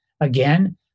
again